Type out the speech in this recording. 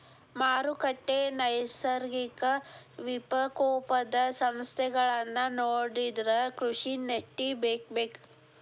ಮಾರುಕಟ್ಟೆ, ನೈಸರ್ಗಿಕ ವಿಪಕೋಪದ ಸಮಸ್ಯೆಗಳನ್ನಾ ನೊಡಿದ್ರ ಕೃಷಿ ನೇತಿ ಬೇಕಬೇಕ